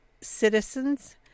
citizens